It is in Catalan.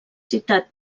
citat